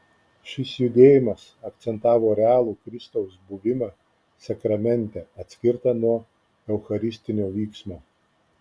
šis judėjimas akcentavo realų kristaus buvimą sakramente atskirtą nuo eucharistinio vyksmo